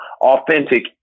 authentic